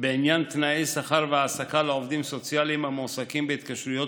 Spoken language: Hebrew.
בעניין תנאי שכר והעסקה לעובדים סוציאליים המועסקים בהתקשרויות